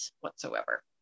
whatsoever